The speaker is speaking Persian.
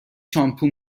شامپو